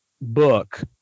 book